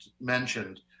mentioned